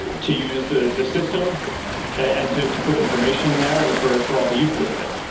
to use the the system and to to put information in there and for for all the uses of it.